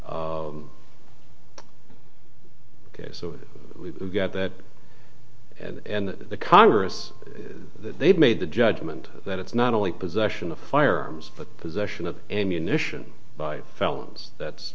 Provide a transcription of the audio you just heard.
ok so we've got that and the congress they've made the judgment that it's not only possession of firearms but possession of ammunition by felons that's